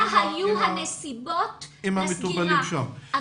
מה היו הנסיבות לסגירה,